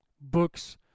Books